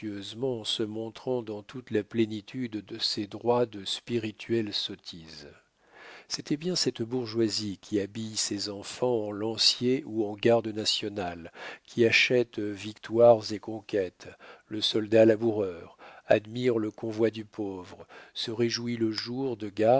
se montrant dans toute la plénitude de ses droits de spirituelle sottise c'était bien cette bourgeoisie qui habille ses enfants en lancier ou en garde national qui achète victoires et conquêtes le soldat laboureur admire le convoi du pauvre se réjouit le jour de